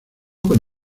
con